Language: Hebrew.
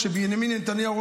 כשבנימין נתניהו,